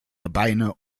gebeine